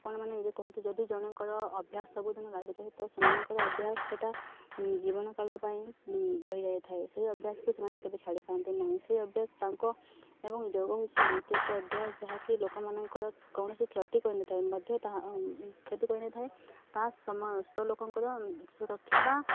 ଆପଣମାନେ ଇଏ କୁହନ୍ତୁ ଯଦି ଜଣଙ୍କର ଅଭ୍ୟାସ ସବୁଦିନ ଲାଗି ରୁହେ ତ ସେମାନଙ୍କର ଅଭ୍ୟାସ ସେଇଟା ଜୀବନ କାଳ ପାଇଁ ରହିଯାଇ ଥାଏ ସେଇ ଅଭ୍ୟାସକୁ ସେମାନେ କେବେ ଛାଡ଼ି ପାରନ୍ତି ନାହିଁ ସେଇ ଅଭ୍ୟାସ ତାଙ୍କ ଏବଂ ଯୋଗ ହେଉଛି ଏମିତି ଏକ ଅଭ୍ୟାସ ଯାହାକି ଲୋକମାନଙ୍କର କୌଣସି କ୍ଷତି କରି ନ ଥାଏ ମଧ୍ୟ ତାହା କ୍ଷତି କରି ନ ଥାଏ ତାହା ସମସ୍ତ ଲୋକଙ୍କର ସୁରକ୍ଷା ବା